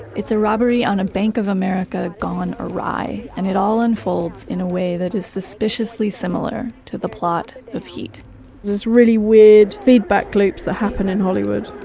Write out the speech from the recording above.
it's a robbery on a bank of america gone awry. and it all unfolds in a way that is suspiciously similar to the plot of heat there's this really weird feedback loops that happen in hollywood